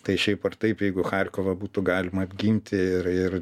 tai šiaip ar taip jeigu charkiovą būtų galima apginti ir ir